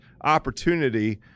opportunity